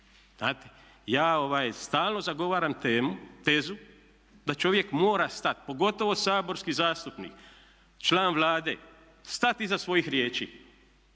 Ja stalno zagovaram tezu da čovjek mora stat, pogotovo saborski zastupnik, član Vlade, stat iza svojih riječi,